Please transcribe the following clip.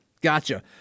Gotcha